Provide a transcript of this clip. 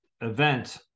event